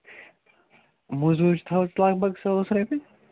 موٚزوٗری تہِ تھاو لگ بھگ ساس رۄپیہِ